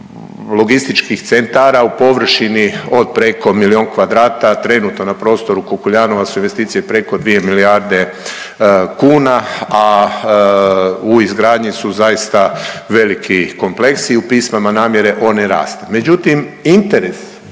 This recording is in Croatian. logističkih centara u površini od preko milion kvadrata. Trenutno na prostoru Kukuljanova su investicije preko 2 milijarde kuna, a u izgradnji su zaista veliki kompleksi i u pismama namjere oni raste. Međutim, interes